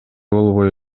болбой